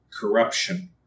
Corruption